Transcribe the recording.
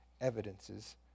evidences